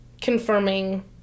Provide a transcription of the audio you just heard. confirming